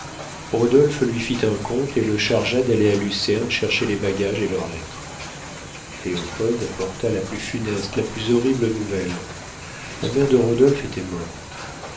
rodolphe lui fit un conte et le chargea d'aller à lucerne chercher les bagages et leurs lettres léopold apporta la plus funeste la plus horrible nouvelle la mère de rodolphe était morte